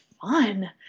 fun